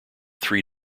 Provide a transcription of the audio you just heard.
three